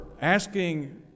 asking